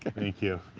thank you,